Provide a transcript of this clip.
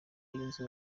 yunze